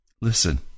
Listen